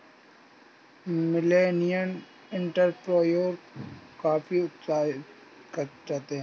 millennial entrepreneur काफी उत्साहित रहते हैं